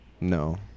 No